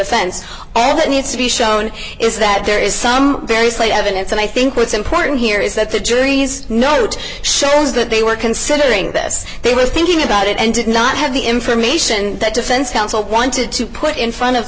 offense all that needs to be shown is that there is some very slight evidence and i think what's important here is that the jury's note shows that they were considering this they were thinking about it and did not have the information that defense counsel wanted to put in front of